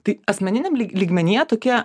tai asmeniniam lyg lygmenyje tokie